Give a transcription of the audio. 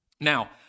Now